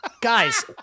Guys